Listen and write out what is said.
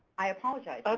i apologize.